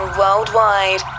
worldwide